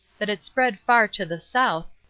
that it spread far to the south,